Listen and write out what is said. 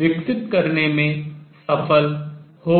विकसित करने में सफल हो गया